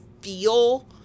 feel